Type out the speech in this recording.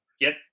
get